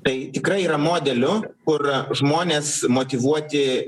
tai tikrai yra modelių kur žmonės motyvuoti